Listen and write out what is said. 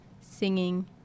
singing